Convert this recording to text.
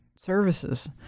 services